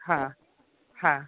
હા હા